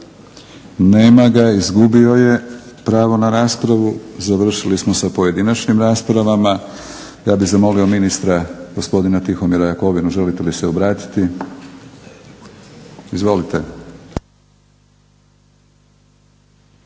Nema ga, izgubio je pravo na raspravu. Završili smo sa pojedinačnim raspravama. Ja bih zamolio ministra gospodina Tihomira Jakovinu, želite li se obratiti? Izvolite.